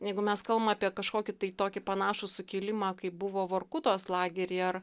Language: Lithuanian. jeigu mes kalbam apie kažkokį tai tokį panašų sukilimą kaip buvo vorkutos lageryje ar